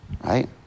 Right